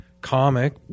comic